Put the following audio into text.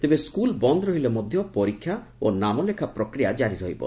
ତେବେ ସ୍କୁଲ ବନ୍ଦ ରହିଲେ ମଧ୍ଧ ପରୀକ୍ଷା ଓ ନାମଲେଖା ପ୍ରକ୍ରିୟା କାରି ରହିବ